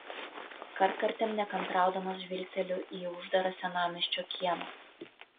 kartkartėm nekantraudamas žvilgteliu į uždarą senamiesčio kiemą